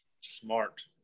smart